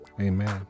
Amen